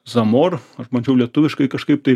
zamor aš bandžiau lietuviškai kažkaip tai